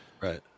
Right